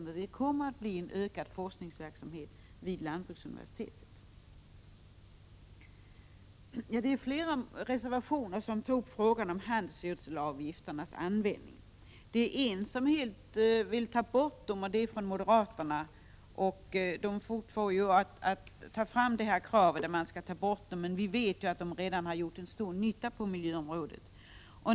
Det blir en ökning av forskningen vid lantbruksuniversitetet. I flera reservationer behandlas handelsgödselavgifternas användning. Moderaterna kräver i en reservation att handelsgödselavgifterna helt skall tas bort, men vi vet ju att dessa avgifter redan har gjort stor nytta på 89 miljöområdet.